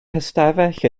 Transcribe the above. hystafell